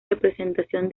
representación